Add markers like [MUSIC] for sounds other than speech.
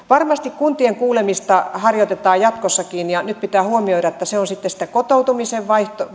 [UNINTELLIGIBLE] varmasti kuntien kuulemista harjoitetaan jatkossakin ja nyt pitää huomioida että se on sitten sitä kotoutumisen